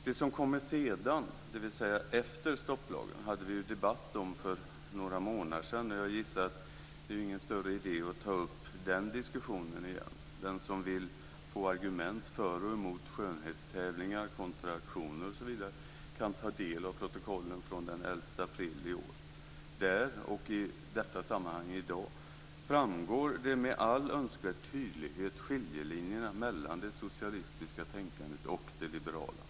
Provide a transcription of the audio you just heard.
Det som kommer sedan, dvs. efter stopplagen, debatterade vi för några månader sedan. Jag gissar att det inte är någon större idé att ta upp den diskussionen igen. Den som vill få argument för och emot skönhetstävlingar, kontra aktioner osv. kan ta del av protokollet från den 11 april i år. Där och av sammanhanget i dag framgår med all önskvärd tydlighet skiljelinjerna mellan det socialistiska tänkandet och det liberala.